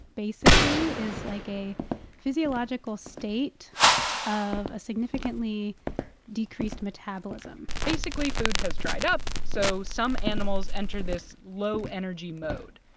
basically, is like a physiological state of a significantly decreased metabolism basically, food has dried up, so some animals enter this low-energy mode.